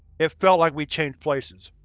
it felt like we changed places.